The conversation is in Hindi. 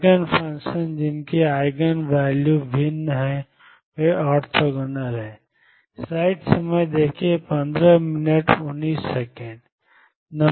आईगन फंक्शन जिनके आईगन वैल्यू भिन्न हैं वे ओर्थोगोनल हैं